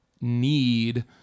need